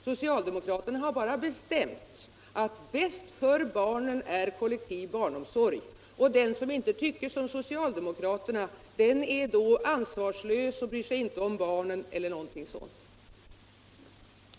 Socialdemokraterna har bara bestämt att det är bäst för barnen med kollektiv barnomsorg. Den som inte tycker som socialdemokraterna är då ansvarslös och bryr sig inte om barn eller annat sådant.